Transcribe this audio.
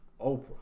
Oprah